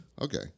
okay